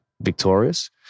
victorious